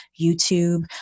YouTube